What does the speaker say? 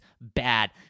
bad